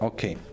Okay